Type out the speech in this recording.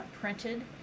printed